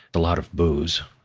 a lot of booze.